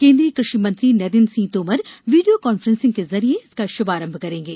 केंद्रीय कृषि मंत्री नरेंद्र सिंह तोमर वीडियो कॉन्फ्रेंसिंग के जरिए इसका शुभारंभ करेंगे